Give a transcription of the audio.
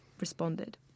responded